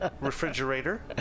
refrigerator